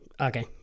Okay